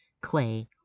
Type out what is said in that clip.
clay